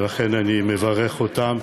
ולכן, אני מברך אותם,